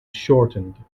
shortened